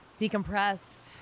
decompress